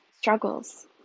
struggles